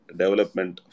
development